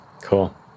cool